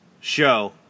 show